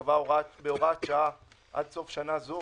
קבע בהוראת שעה עד סוף שנה זו